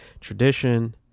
Tradition